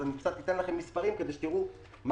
אז אני קצת אתן לכם מספרים כדי שתראו מה